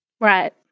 Right